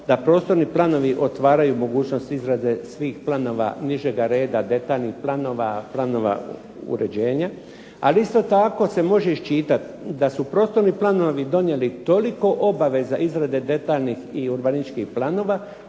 da prostorni planovi otvaraju mogućnost izrade svih planova nižega reda, detaljnih planova, planova uređenja, ali isto tako se može iščitat da su prostorni planovi donijeli toliko obaveza izrade detaljnih i urbanističkih planova